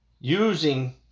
Using